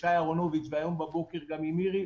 שי אהרונוביץ והיום בבוקר גם עם מירי